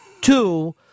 Two